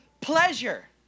pleasure